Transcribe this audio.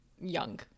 young